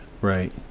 Right